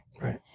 Right